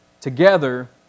together